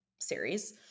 series